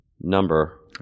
number